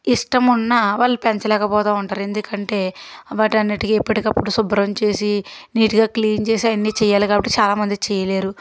ఇష్టం ఉన్నవాళ్ళు పెంచలేకపోతూ ఉంటారు ఎందుకంటే వాటన్నిటికీ ఎప్పటికప్పుడు శుభ్రం చేసి నీటుగా క్లీన్ చేసి అవన్నీ చేయాలి కాబట్టి చాలామంది చేయలేరు